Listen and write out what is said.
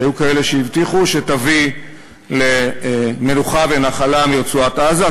שהיו כאלה שהבטיחו שתביא למנוחה ונחלה מרצועת-עזה,